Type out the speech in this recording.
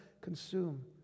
consume